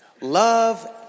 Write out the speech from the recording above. Love